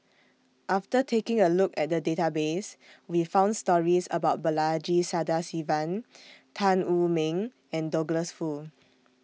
after taking A Look At The Database We found stories about Balaji Sadasivan Tan Wu Meng and Douglas Foo